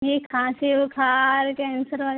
यह खांसी बुखार कैंसर वगैरह